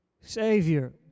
Savior